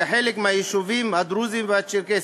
כחלק מהיישובים הדרוזיים והצ'רקסיים.